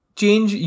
change